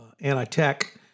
anti-tech